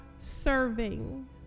serving